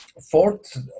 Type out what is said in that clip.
fourth